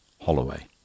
Holloway